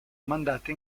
mandata